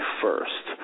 first